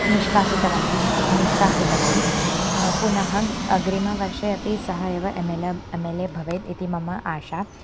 निष्कासितवान् निष्कासितवान् पुनः अग्रिमवर्षे अपि सः एव M L A M L A भवेत् इति मम आशा